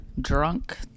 drunk